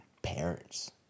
parents